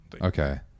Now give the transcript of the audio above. okay